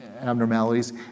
Abnormalities